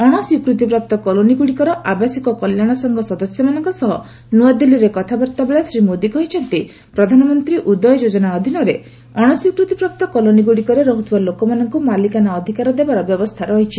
ଅଣସ୍ୱୀକୃତିପ୍ରାପ୍ତ କଲୋନୀଗୁଡ଼ିକର ଆବାସିକ କଲ୍ୟାଣ ସଂଘ ସଦସ୍ୟମାନଙ୍କ ସହ ନୂଆଦିଲ୍ଲୀରେ କଥାବାର୍ତ୍ତା ବେଳେ ଶ୍ରୀ ମୋଦୀ କହିଛନ୍ତି ପ୍ରଧାନମନ୍ତ୍ରୀ ଉଦୟ ଯୋଜନା ଅଧୀନରେ ଅଣସ୍ୱୀକୃତି ପ୍ରାପ୍ତ କଲୋନୀଗୁଡ଼ିକରେ ରହୁଥିବା ଲୋକମାନଙ୍କୁ ମାଲିକାନା ଅଧିକାର ଦେବାର ବ୍ୟବସ୍ଥା ରହିଛି